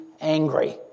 angry